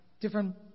different